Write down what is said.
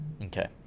Okay